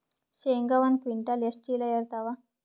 ಶೇಂಗಾ ಒಂದ ಕ್ವಿಂಟಾಲ್ ಎಷ್ಟ ಚೀಲ ಎರತ್ತಾವಾ?